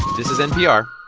this is npr.